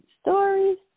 stories